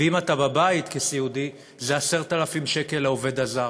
ואם אתה בבית כסיעודי, זה 10,000 שקל לעובד הזר.